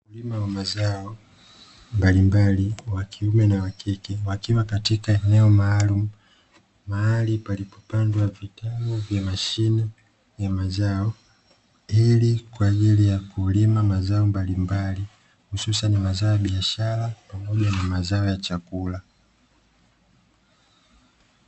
Wakulima wa mazao mbalimbali, wa kiume na wa kike, wakiwa katika eneo maalumu, mahali palipopandwa vitalu vya mashina ya mazao kwa ajili ya kulima mazao ya aina mbalimbali, hususani mazao ya biashara pamoja na mazao ya chakula.